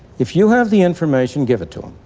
if you have the information, give it to them.